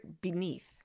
beneath